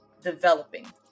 developing